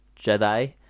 Jedi